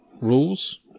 rules